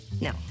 no